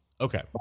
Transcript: Okay